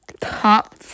Top